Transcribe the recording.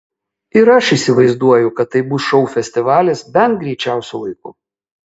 ir aš įsivaizduoju kad tai bus šou festivalis bent greičiausiu laiku